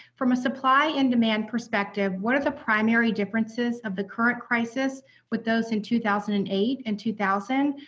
from a supply and demand perspective, what are the primary differences of the current crisis with those in two thousand and eight and two thousand,